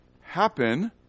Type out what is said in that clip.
happen